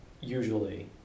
usually